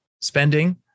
spending